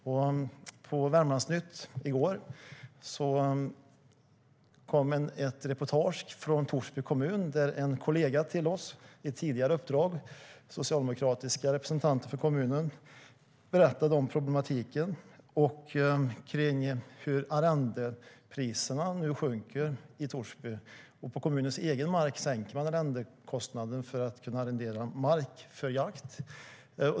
På Värmlandsnytt i går sändes ett reportage från Torsby kommun där en tidigare kollega till oss, en socialdemokratisk representant för kommunen, berättade om problematiken med arrendepriserna, hur de nu sjunker i Torsby. På kommunens egen mark sänker man arrendepriserna för att kunna arrendera ut mark för jakt.